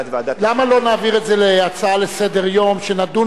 למה לא נעביר את זה להצעה לסדר-יום שנדון בה,